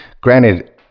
granted